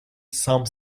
some